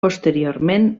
posteriorment